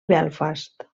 belfast